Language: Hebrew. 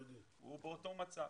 הוא באותו מצב.